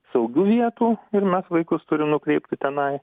saugių vietų ir mes vaikus turim nukreipti tenai